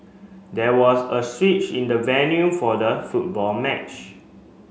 there was a switch in the venue for the football match